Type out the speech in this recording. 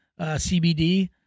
CBD